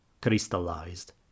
crystallized